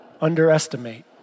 underestimate